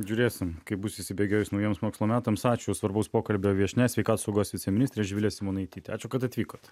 žiūrėsim kaip bus įsibėgėjus naujiems mokslo metams ačiū svarbaus pokalbio viešnia sveikatos saugos viceministrė živilė simonaitytė ačiū kad atvykot